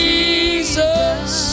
Jesus